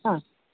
हा